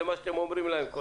זה מה שאתם אומרים להם.